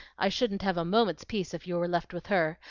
i shouldn't have a moment's peace if you were left with her,